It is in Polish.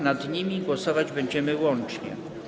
Nad nimi głosować będziemy łącznie.